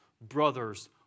Brothers